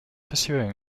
pursuing